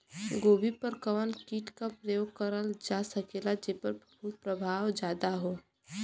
गोभी पर कवन कीट क प्रयोग करल जा सकेला जेपर फूंफद प्रभाव ज्यादा हो?